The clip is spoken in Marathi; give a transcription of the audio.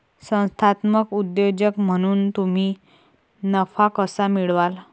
संस्थात्मक उद्योजक म्हणून तुम्ही नफा कसा मिळवाल?